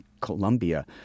Colombia